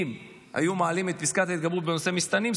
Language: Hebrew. אם היו מעלים את פסקת ההתגברות בנושא מסתננים,